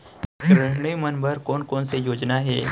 गृहिणी मन बर कोन कोन से योजना हे?